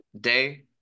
day